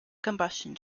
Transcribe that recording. combustion